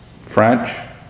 French